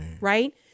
right